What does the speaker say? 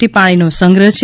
T પાણીનો સંગ્રહ છે